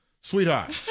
Sweetheart